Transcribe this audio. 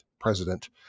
president